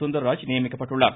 சுந்தராஜ் நியமிக்கப்பட்டுள்ளார்